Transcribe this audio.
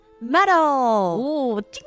metal